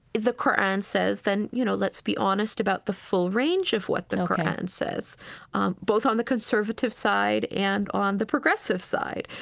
the qur'an says then, you know, let's be honest about the full range of what the qur'an and says both on the conservative side and on the progressive side.